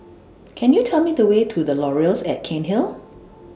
Can YOU Tell Me The Way to The Laurels At Cairnhill